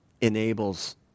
enables